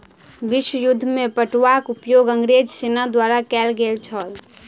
विश्व युद्ध में पटुआक उपयोग अंग्रेज सेना द्वारा कयल गेल छल